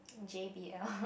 j_b_l